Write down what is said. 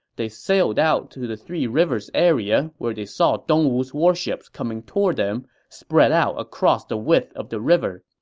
they sailed out to the three rivers area, where they saw dong wu's warships coming toward them, spread out across the width of the river.